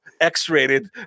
x-rated